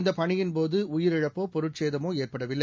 இந்தபணியின் போதுஉயிரிழப்போ பொருட்சேதமோஏற்படவில்லை